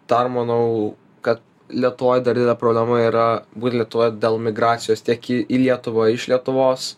dar manau kad lietuvoj dar yra problema yra būt lietuvoj dėl migracijos tiek į lietuvą iš lietuvos